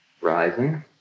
Rising